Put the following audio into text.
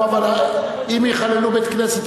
אבל אם יחללו בית-כנסת,